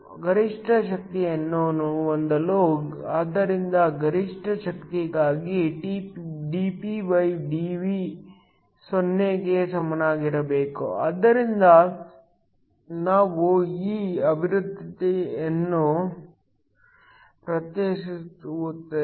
ಗರಿಷ್ಠ ಶಕ್ತಿಯನ್ನು ಹೊಂದಲು ಆದ್ದರಿಂದ ಗರಿಷ್ಠ ಶಕ್ತಿಗಾಗಿ dpdv 0 ಕ್ಕೆ ಸಮನಾಗಿರಬೇಕು ಆದ್ದರಿಂದ ನಾವು ಈ ಅಭಿವ್ಯಕ್ತಿಯನ್ನು ಪ್ರತ್ಯೇಕಿಸುತ್ತಿದ್ದೇವೆ